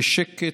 בשקט,